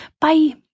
Bye